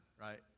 right